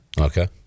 Okay